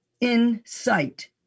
insight